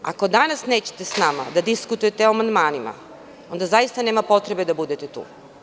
Ako danas nećete sa nama da diskutujete o amandmanima onda zaista nema potrebe da budete tu.